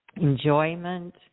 enjoyment